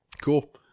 Cool